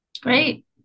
great